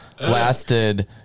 lasted